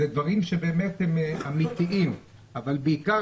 אלה דברים שהם אמתיים אבל בעיקר,